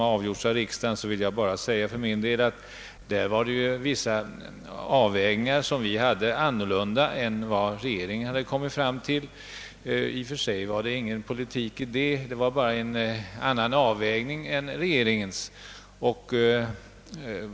har avgjorts tidigare av riksdagen vill jag säga att våra förslag visserligen avvek från regeringens men att bakom detta inte i och för sig låg någon politik utan att det var en avvägningsfråga.